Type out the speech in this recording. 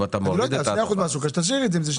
אז אם זה 2% מהשוק, תשאירי את זה.